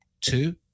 two